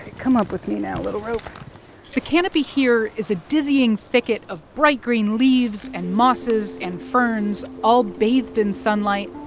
come up with me now, little rope the canopy here is a dizzying thicket of bright green leaves and mosses and ferns all bathed in sunlight.